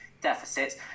deficits